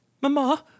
Mama